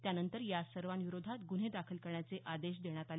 त्यानंतर या सर्वा विरोधात गुन्हे दाखल करण्याचे आदेश देण्यात आले